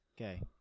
Okay